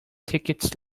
tickets